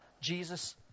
Jesus